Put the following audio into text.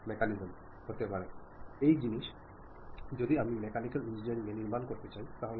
അയച്ചയാൾ സന്ദേശത്തെ നിരൂപിക്കുകയും തുടർന്ന് അതിനൊരു മാർഗം തീരുമാനിക്കുകയും ചെയ്യുന്നു